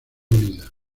unida